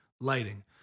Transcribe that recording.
lighting